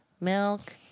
Milk